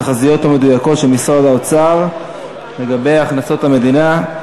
מס' 708 ו-752: תחזיות לא מדויקות של משרד האוצר לגבי הכנסות המדינה.